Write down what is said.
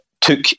took